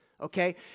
okay